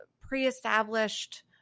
pre-established